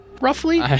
roughly